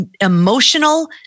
emotional